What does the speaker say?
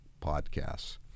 podcasts